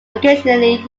occasionally